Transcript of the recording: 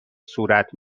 صورت